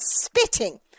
spitting